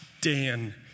Dan